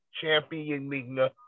championing